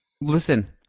Listen